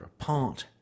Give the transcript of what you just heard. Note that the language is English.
apart